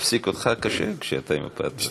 להפסיק אותך קשה, כשאתה, .